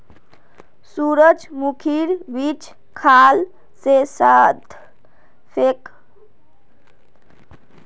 सूरजमुखीर बीज खाल से सार्थकेर कब्ज ठीक हइ गेल छेक